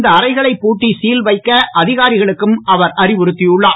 இந்த அறைகளைப் பூட்டி சீல் வைக்க அதிகாரிகளுக்கும் அவர் அறிவுறுத்தியுள்ளார்